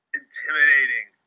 intimidating